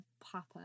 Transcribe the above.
Papa